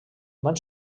van